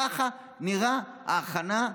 ככה נראית ההכנה.